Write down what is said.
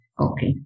Okay